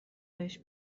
بهش